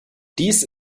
dies